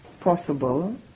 possible